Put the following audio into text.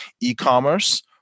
e-commerce